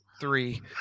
three